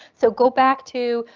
so go back to,